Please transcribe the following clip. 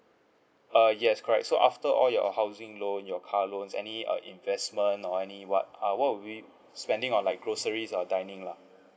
uh yes correct so after all your housing loan your car loans any uh investment or any what uh what will we spending on like groceries or dining lah